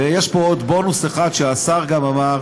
ויש פה עוד בונוס אחד, וגם השר אמר,